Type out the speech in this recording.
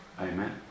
Amen